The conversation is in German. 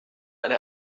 eine